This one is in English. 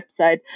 website